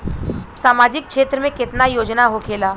सामाजिक क्षेत्र में केतना योजना होखेला?